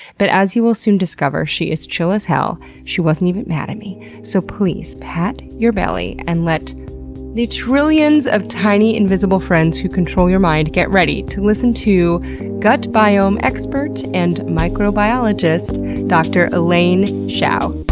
but as you will soon discover, she is chill as hell. she wasn't even mad at me. so please pat your belly and let the trillions of tiny invisible friends who control your mind get ready to listen to gut biome expert and microbiologist dr. elaine hsiao.